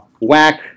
Whack